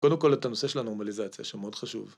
קודם כל את הנושא של הנורמליזציה שמאוד חשוב